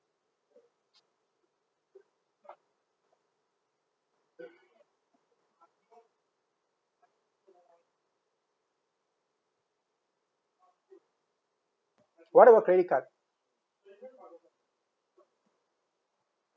what about credit card